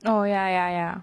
oh ya ya ya